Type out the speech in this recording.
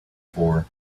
for